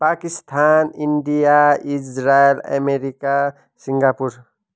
Pakistan India Israel America Singapore